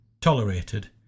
tolerated